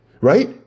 Right